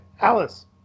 Alice